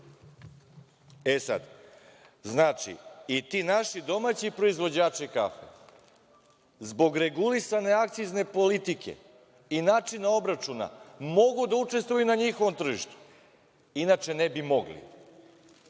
objasni. Znači, i ti naši domaći proizvođači kafe, zbog regulisane akcizne politike i načina obračuna, mogu da učestvuju i na njihovom tržištu, inače ne bi mogli.